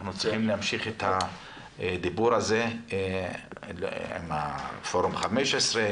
אנחנו צריכים להמשיך את הדיבור על זה עם פורם ה-15,